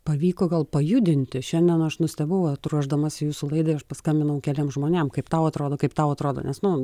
pavyko gal pajudinti šiandien aš nustebau vat ruošdamasi jūsų laidą aš paskambinau keliem žmonėm kaip tau atrodo kaip tau atrodo nes nu